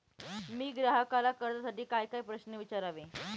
मी ग्राहकाला कर्जासाठी कायकाय प्रश्न विचारावे?